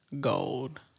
gold